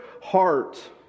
heart